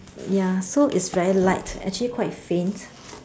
ya so it's very like actually quite faint